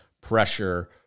pressure